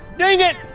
ding it.